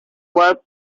what